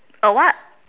a what